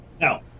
Now